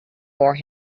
for